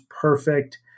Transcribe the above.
perfect